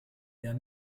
there